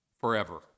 forever